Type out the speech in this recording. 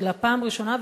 אלא זו הפעם הראשונה,